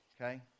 okay